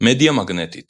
מדיה מגנטית